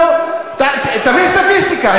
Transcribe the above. לא, תביא סטטיסטיקה.